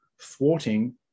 thwarting